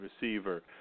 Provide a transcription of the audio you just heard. receiver